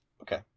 Okay